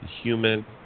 human